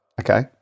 Okay